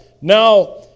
Now